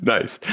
Nice